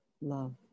love